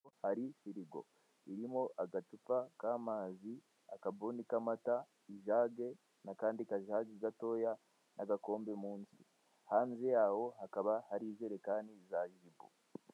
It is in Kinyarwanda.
Hri firigo irimo agacupa k'amazi akabuni k'amata ijagi n'akandi kajagi gatoya n'agakombe mu nsi hanze yaho hakaba hari ijerekani za jibu.